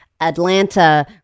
Atlanta